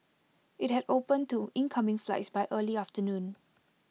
IT had opened to incoming flights by early afternoon